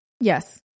yes